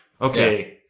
Okay